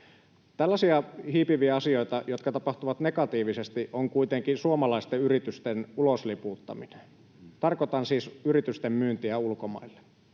Tällaisia hiipiviä asioita, jotka tapahtuvat negatiivisesti, on kuitenkin suomalaisten yritysten ulosliputtaminen. Tarkoitan siis yritysten myyntiä ulkomaille.